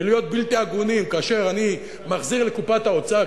ולהיות בלתי הגונים כאשר אני מחזיר לקופת האוצר,